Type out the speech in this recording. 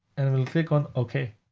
and we'll click on okay.